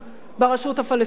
ברשות הפלסטינית,